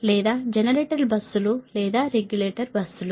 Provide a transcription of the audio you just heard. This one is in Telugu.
లేదా జనరేటర్ బస్సులు లేదా రెగ్యులేటర్ బస్సులు